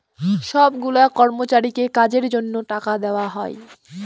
সব গুলা কর্মচারীকে কাজের জন্য টাকা দেওয়া হয়